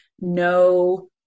no